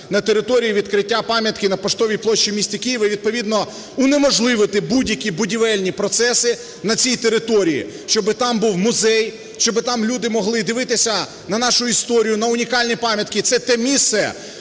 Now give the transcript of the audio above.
на території відкриття пам'ятки на Поштовій площі в місті Києві і, відповідно, унеможливити будь-які будівельні процеси на цій території. Щоб там був музей, щоб там люди могли дивитися на нашу історію, на унікальні пам'ятки. Це те місце,